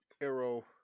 arrow